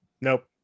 nope